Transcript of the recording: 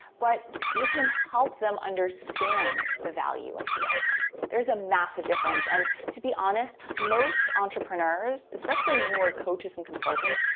but you can help them understand the value of the outcome. there's a massive difference and, to be honest, most entrepreneurs, especially newer coaches and consultants,